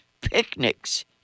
picnics